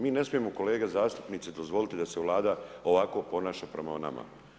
Mi ne smijemo kolege zastupnici, dozvoliti da se Vlada ovako ponaša prema nama.